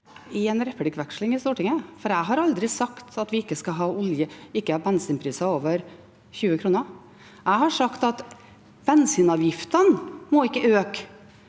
i en replikkveksling i Stortinget, for jeg har aldri sagt at vi ikke skal ha bensinpriser over 20 kr. Jeg har sagt at bensinavgiftene ikke